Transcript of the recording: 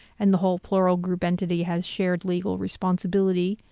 and the whole plural group entity has shared legal responsibility,